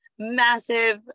Massive